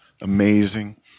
amazing